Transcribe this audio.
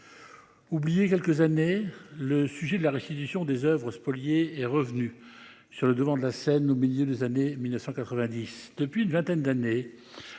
Oublié quelques années le sujet de la restitution des Oeuvres spoliées est revenue sur le devant de la scène, au milieu des années 1990, depuis une vingtaine d'années,